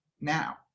now